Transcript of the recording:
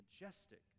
majestic